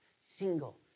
single